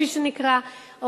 כפי שנקרא,